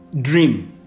dream